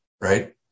right